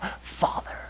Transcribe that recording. Father